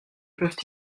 peuvent